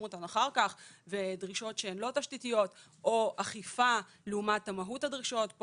אותן אחר כך ודרישות שהן לא תשתיתיות או אכיפה לעומת מהות הדרישות.